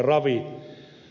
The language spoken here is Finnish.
ravi